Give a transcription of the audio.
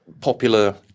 popular